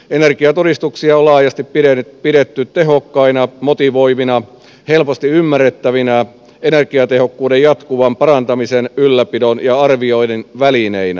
energiatodistuksia on laajasti pidetty tehokkaina motivoivina helposti ymmärrettävinä energiatehokkuuden jatkuvan parantamisen ylläpidon ja arvioinnin välineinä